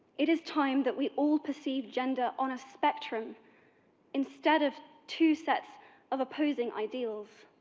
it is time that we all perceived gender on a spectrum instead of two sets of opposing ideals.